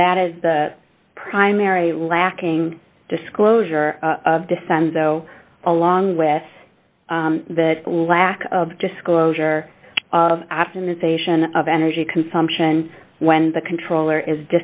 and that is the primary lacking disclosure of dissent so along with that lack of disclosure of optimization of energy consumption when the controller i